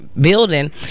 building